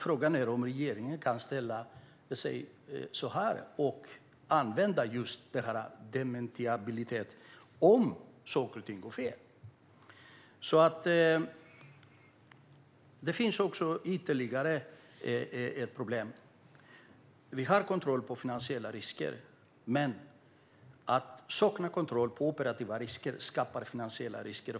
Frågan är om regeringen skulle kunna använda sig av dementiabilitet om saker och ting går fel. Det finns ytterligare ett problem. Vi har kontroll över finansiella risker. Men att sakna kontroll över operativa risker skapar finansiella risker.